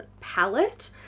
palette